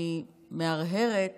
אני מהרהרת